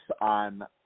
on